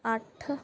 ਅੱਠ